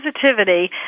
positivity